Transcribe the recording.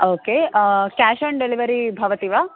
okay cash on delivery भवति वा